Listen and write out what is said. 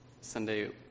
Sunday